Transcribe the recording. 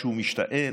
כשהוא משתעל,